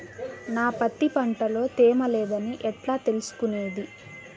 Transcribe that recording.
నా పత్తి పంట లో తేమ లేదని ఎట్లా తెలుసుకునేది?